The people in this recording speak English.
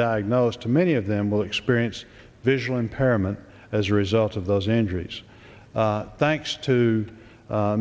diagnosed many of them will experience visual impairment as a result of those injuries thanks to